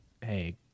Hey